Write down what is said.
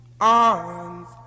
arms